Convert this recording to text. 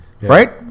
right